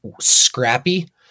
scrappy